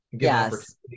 yes